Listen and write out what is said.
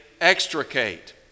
extricate